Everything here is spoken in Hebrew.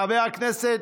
חבר הכנסת,